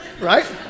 right